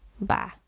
bye